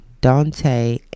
Dante